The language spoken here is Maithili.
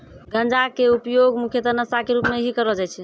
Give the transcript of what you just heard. गांजा के उपयोग मुख्यतः नशा के रूप में हीं करलो जाय छै